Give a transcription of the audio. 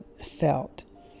felt